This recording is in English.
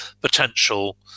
potential